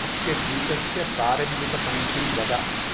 अस्य गीतस्य प्रारम्भिकपङ्क्तिं वद